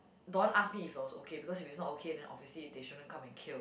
Don asked me if it was okay because if it's not okay then obviously they shouldn't come and kill